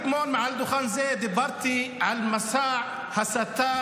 אתמול מעל דוכן זה דיברתי על מסע ההסתה